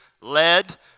led